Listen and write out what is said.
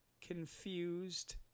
confused